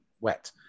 wet